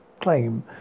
claim